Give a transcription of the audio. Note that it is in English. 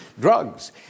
drugs